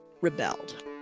rebelled